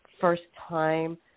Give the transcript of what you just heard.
first-time